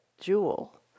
jewel